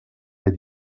est